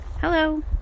Hello